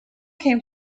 came